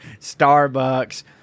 Starbucks